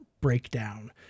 breakdown